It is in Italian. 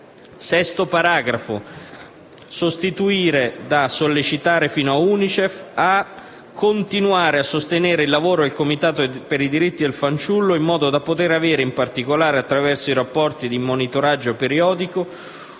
capillare nel nostro Paese; 6) a continuare a sostenere il lavoro del Comitato per i diritti del fanciullo in modo da poter avere, in particolare attraverso i rapporti di monitoraggio periodico,